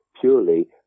purely